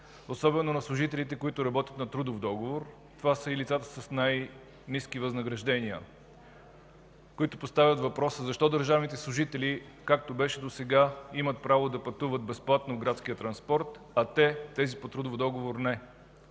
особено на служителите, които работят на трудов договор. Това са и лицата с най-ниски възнаграждения, които поставят въпроса: защо държавните служители, както беше досега, имат право да пътуват безплатно в градския транспорт, а те – тези, по трудов договор –